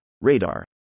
radar